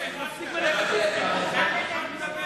שמעתי את דבריך.